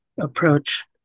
approach